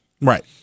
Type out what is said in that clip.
Right